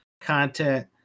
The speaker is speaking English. content